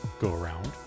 go-around